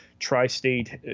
tri-state